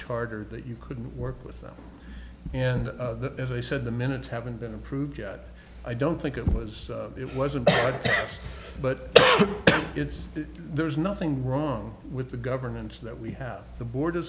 charter that you couldn't work with them and as i said the minutes haven't been approved yet i don't think it was it wasn't but it's there's nothing wrong with the governance that we have the board